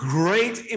great